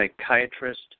psychiatrist